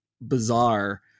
bizarre